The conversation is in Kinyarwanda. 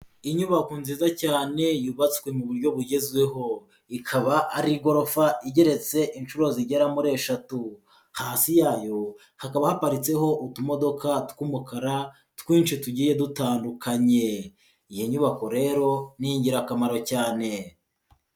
Inyubako nziza cyane yubatswe mu buryo bugezweho, ikaba ari igorofa igeretse inshuro zigera muri eshatu, hasi yayo hakaba haparitseho utumodoka tw'umukara twinshi tugiye dutandukanye. Iyi nyubako rero ni ingirakamaro cyane.